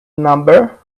number